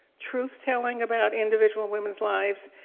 truth-telling about individual women's lives,